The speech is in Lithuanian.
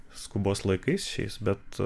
skubos laikais šiais bet